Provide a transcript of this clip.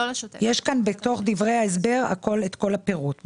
יש בדברי ההסבר את כל הפירוט.